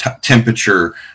temperature